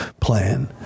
plan